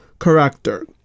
character